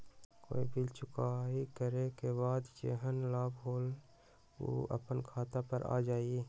कोई बिल चुकाई करे के बाद जेहन लाभ होल उ अपने खाता पर आ जाई?